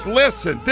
listen